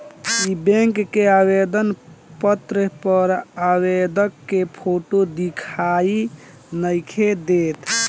इ बैक के आवेदन पत्र पर आवेदक के फोटो दिखाई नइखे देत